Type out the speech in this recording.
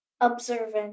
Observant